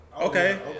Okay